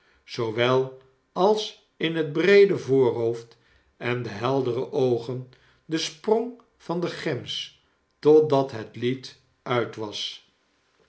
zoowel als in het breede voorhoofd en de heldere oogen den sprong van de gems totdat het lied uit was